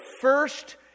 first